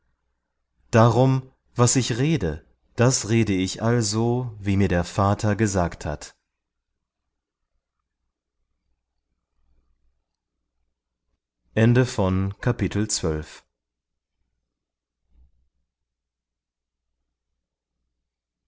darum was ich rede das rede ich also wie mir der vater gesagt hat